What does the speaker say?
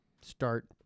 start